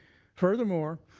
furthermore,